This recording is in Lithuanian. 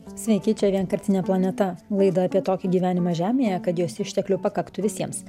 sveiki čia vienkartinė planeta laida apie tokį gyvenimą žemėje kad jos išteklių pakaktų visiems